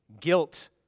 Guilt